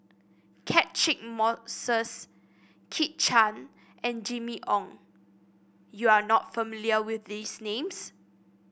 Catchick Moses Kit Chan and Jimmy Ong you are not familiar with these names